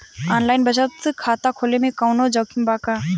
Online बचत खाता खोले में कवनो जोखिम बा का?